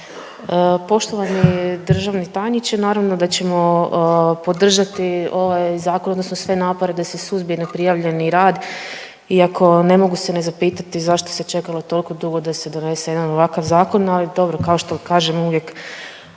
Poštovani državni tajniče, naravno da ćemo podržati ovaj zakon odnosno sve napore da se suzbije neprijavljeni rad iako ne mogu se ne zapitati zašto se čekalo toliko dugo da se donese jedan ovakav zakon, ali dobro kao što kažem uvijek